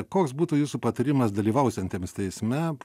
koks būtų jūsų patarimas dalyvausiantiems teisme